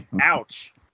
Ouch